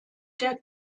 der